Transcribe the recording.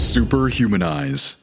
Superhumanize